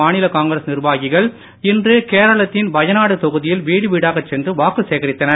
மாநில காங்கிரஸ் நிர்வாகிகள் இன்று கேரளத்தின் வயநாடு தொகுதியில் வீடுவீடாகச் சென்று வாக்கு சேகரித்தனர்